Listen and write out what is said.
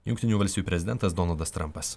jungtinių valstijų prezidentas donaldas trampas